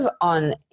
on